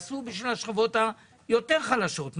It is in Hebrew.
עשו בשביל השכבות היותר חלשות,